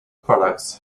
products